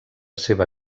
seva